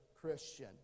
Christian